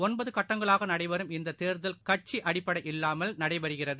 ஒன்பதுகட்டங்களாகநடைபெறும் இந்ததேர்தல் கட்சிஅடிப்படை இல்லாமல் நடைபெறுகிறது